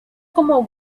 como